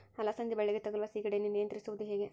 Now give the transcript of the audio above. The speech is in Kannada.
ಅಲಸಂದಿ ಬಳ್ಳಿಗೆ ತಗುಲುವ ಸೇಗಡಿ ಯನ್ನು ನಿಯಂತ್ರಿಸುವುದು ಹೇಗೆ?